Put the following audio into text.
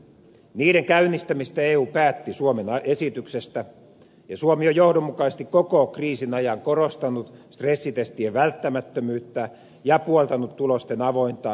niiden käynnistämisestä eu päätti suomen esityksestä ja suomi on johdonmukaisesti koko kriisin ajan korostanut stressitestien välttämättömyyttä ja puoltanut tulosten avointa julkaisemista